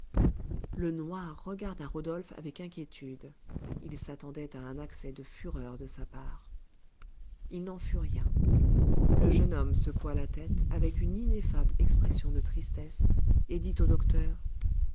le noir regarda rodolphe avec inquiétude il s'attendait à un accès de fureur de sa part il n'en fut rien le jeune homme secoua la tête avec une ineffable expression de tristesse et dit au docteur